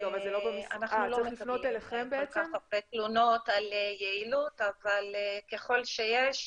אנחנו לא מקבלים כל כך הרבה תלונות על יעילות אבל ככל שיש,